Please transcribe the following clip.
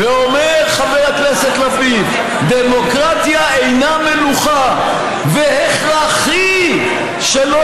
ואומר חבר הכנסת לפיד: "דמוקרטיה אינה מלוכה והכרחי שלא